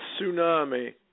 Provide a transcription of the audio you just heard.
tsunami